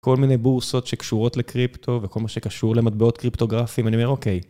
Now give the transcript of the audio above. כל מיני בורסות שקשורות לקריפטו וכל מה שקשור למטבעות קריפטוגרפיים, אני אומר אוקיי.